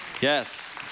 Yes